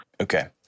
Okay